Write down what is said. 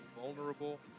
vulnerable